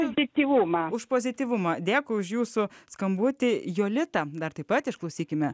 efektyvumą už pozityvumą dėkui už jūsų skambutį jolita dar taip pat išklausykime